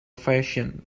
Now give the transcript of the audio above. version